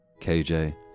KJ